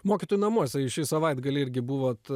mokytojų namuose jūs šį savaitgalį irgi buvot